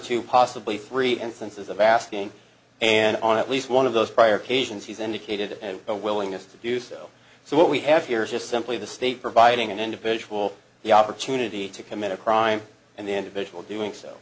two possibly three instances of asking and on at least one of those prior occasions he's indicated and a willingness to do so so what we have here is just simply the state providing an individual the opportunity to commit a crime and the individual doing so